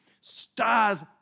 Stars